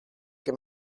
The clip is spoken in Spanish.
que